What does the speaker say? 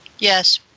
Yes